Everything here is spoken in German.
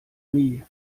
nie